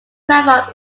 platform